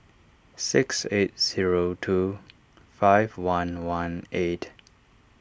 six eight zero two five one one eight